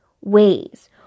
ways